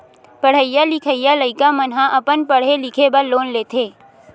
पड़हइया लिखइया लइका मन ह अपन पड़हे लिखे बर लोन लेथे